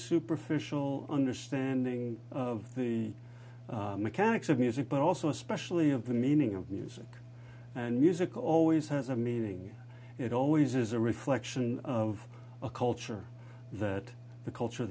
superficial understanding of the mechanics of music but also especially of the meaning of music and music always has a meaning it always is a reflection of a culture that the culture